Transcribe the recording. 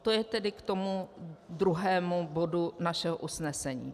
To je tedy k tomu druhému bodu našeho usnesení.